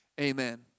amen